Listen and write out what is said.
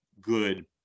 good